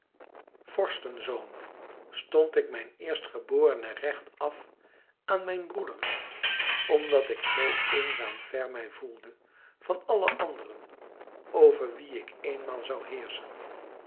vorstenzoon stond ik mijn eerstgeborene recht af aan mijn broeders omdat ik zoo eenzaam ver mij voelde van alle anderen over wie ik eenmaal zoû heerschen